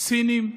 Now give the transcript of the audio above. סינים,